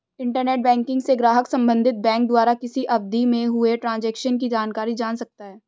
internet banking से ग्राहक संबंधित बैंक द्वारा किसी अवधि में हुए ट्रांजेक्शन की जानकारी जान सकता है